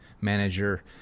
manager